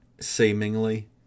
seemingly